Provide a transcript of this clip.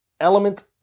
Element